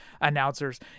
announcers